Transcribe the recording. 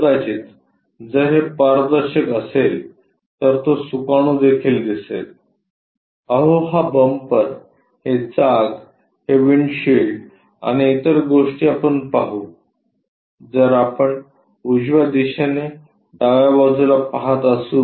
कदाचित जर हे पारदर्शक असेल तर तो सुकाणू देखील दिसेल अहो हा बंपर हे चाक हे विंडशील्ड आणि इतर गोष्टी आपण पाहू जर आपण उजव्या दिशेने डाव्या बाजूला पहात असू